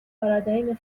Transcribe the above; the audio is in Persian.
پارادایم